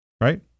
right